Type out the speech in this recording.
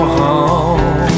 home